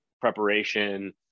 preparation